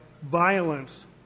violence